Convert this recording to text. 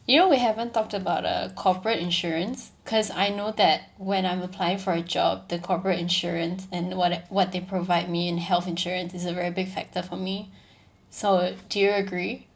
you know we haven't talked about a corporate insurance cause I know that when I'm applying for a job the corporate insurance and what it what they provide me in health insurance is a very big factor for me so do you agree